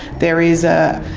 there is a.